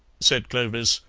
said clovis,